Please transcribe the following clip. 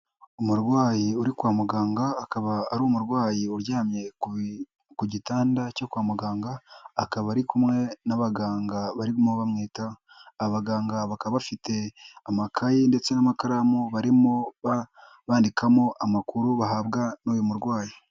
Umurwayi uri kwa muganga, akaba ari umurwayi uryamye ku gitanda cyo kwa muganga, akaba ari kumwe n'abaganga barimo bamwitaho. Abaganga bakaba bafite amakayi ndetse n'amakaramu barimo bandikamo amakuru bahabwa n'uyu murwayi.